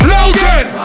Logan